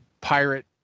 pirate